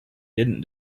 didn’t